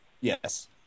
Yes